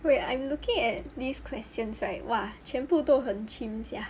wait I'm looking at these questions right !wah! 全部都很 chim sia